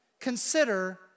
Consider